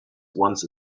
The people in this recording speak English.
once